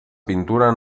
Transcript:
pintura